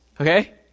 okay